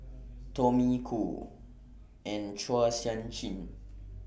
Tommy Koh and Chua Sian Chin